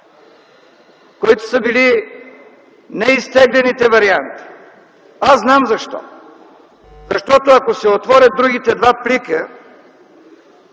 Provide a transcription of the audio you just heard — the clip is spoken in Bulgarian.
които са били неизтеглените варианти? Аз знам защо. Защото ако се отворят другите два плика,